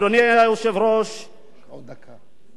אדוני היושב-ראש, עוד דקה.